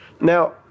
now